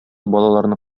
балаларны